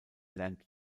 lernt